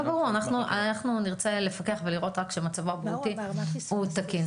אנחנו נרצה לפקח ולראות רק שמצבו הבריאותי הוא תקין.